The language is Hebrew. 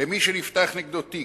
למי שנפתח נגדו תיק,